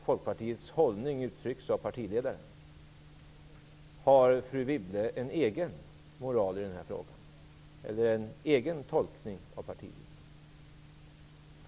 Folkpartiets hållning uttrycks väl rimligen av partiledaren? Har fru Wibble en egen tolkning av partilinjen?